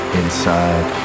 inside